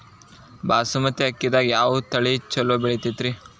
ಬಾಸುಮತಿ ಅಕ್ಕಿದಾಗ ಯಾವ ತಳಿ ಛಲೋ ಬೆಳಿತೈತಿ?